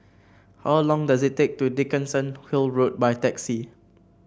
how long does it take to Dickenson Hill Road by taxi